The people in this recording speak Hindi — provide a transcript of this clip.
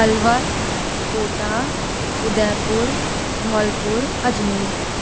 अलवर कोटा उदयपुर धौलपुर अजमेर